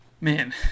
Man